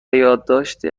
یادداشتی